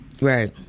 Right